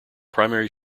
primary